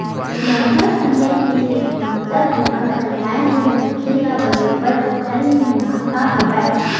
लंबा समे के बिकलांगता बीमा कारय ले मनखे ल बरोबर ओखर ले मुनाफा हवय